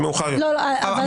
מאוחר יותר.